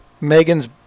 Megan's